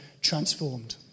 transformed